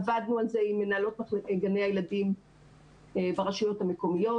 עבדנו על זה עם מנהלות גני הילדים ברשויות המקומיות.